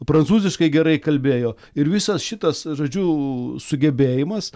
prancūziškai gerai kalbėjo ir visas šitas žodžiu sugebėjimas